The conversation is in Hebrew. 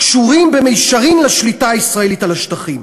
קשורים במישרין לשליטה הישראלית על השטחים.